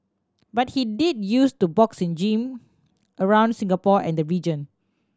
but he did use to box in gym around Singapore and the region